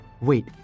Wait